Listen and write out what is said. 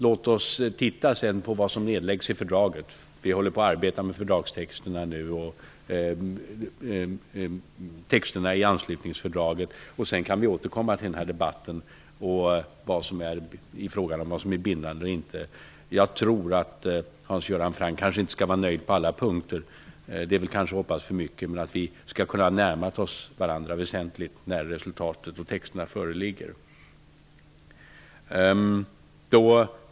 Låt oss sedan se vad som fastläggs i fördraget -- vi håller nu på att arbeta med texterna i anslutningsfördraget -- sedan kan vi återkomma till debatten om vad som är bindande eller inte. Jag tror att Hans Göran Franck kanske inte skall vara nöjd på alla punkter -- det vore kanske att hoppas för mycket -- men att vi skall kunna närma oss varandra väsentligt när resultatet och texterna föreligger.